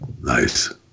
Nice